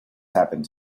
happened